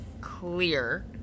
clear